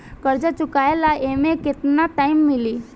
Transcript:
कर्जा चुकावे ला एमे केतना टाइम मिली?